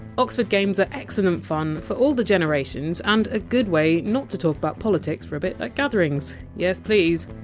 oxford games are excellent fun for all the generations, and a good way not to talk about politics for a bit at gatherings. yes please!